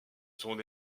son